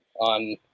on